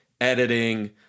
editing